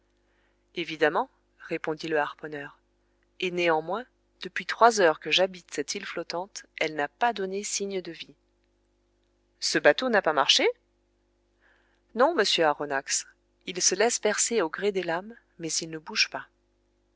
évidemment répondit le harponneur et néanmoins depuis trois heures que j'habite cette île flottante elle n'a pas donné signé de vie ce bateau n'a pas marché non monsieur aronnax il se laisse bercer au gré des lames mais il ne bouge pas